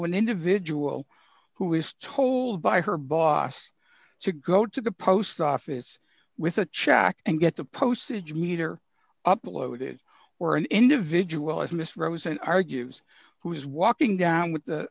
an individual who is told by her boss to go to the post office with a check and get the postage meter uploaded or an individual as mr rosen argues who is walking down with